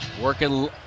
Working